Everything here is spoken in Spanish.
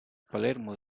palermo